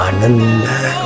Ananda